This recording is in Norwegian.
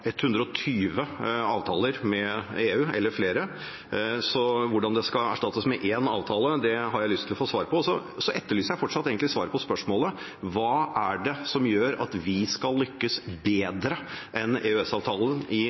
120 avtaler med EU – eller flere – så hvordan det skal erstattes med én avtale, har jeg lyst til å få svar på. Så etterlyser jeg egentlig fortsatt svar på spørsmålet: Hva er det som gjør at vi skal lykkes med å få noe bedre enn EØS-avtalen i